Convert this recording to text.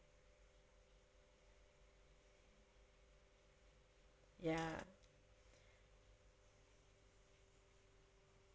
ya